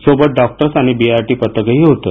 सोबत डॉक्टर्स आणि बीयारटी पथकही होतं